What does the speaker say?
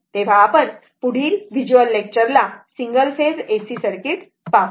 तर आपण पुढील व्हिज्युअल लेक्चर ला सिंगल फेज एसी सर्किट पाहू